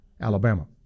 Alabama